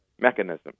mechanism